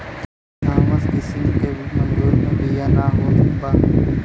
Thompson किसिम के अंगूर मे बिया ना होत बा